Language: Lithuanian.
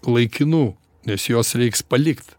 laikinų nes juos reiks palikt